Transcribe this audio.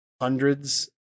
hundreds